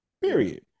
Period